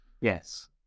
Yes